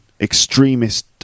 extremist